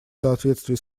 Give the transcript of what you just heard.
соответствии